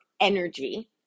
energy